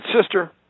Sister